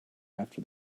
after